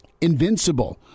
invincible